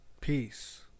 peace